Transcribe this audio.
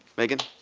megan